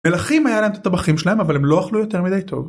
מלכים היה להם את הטבחים שלהם אבל הם לא אכלו יותר מדי טוב